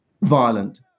violent